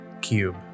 cube